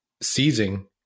seizing